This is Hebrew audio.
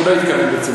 הוא לא התכוון ברצינות,